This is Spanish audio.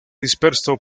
disperso